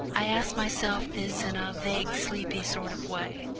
i asked myself this in a vague sleepy sort of way,